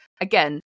again